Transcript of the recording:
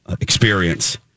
experience